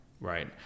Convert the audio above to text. right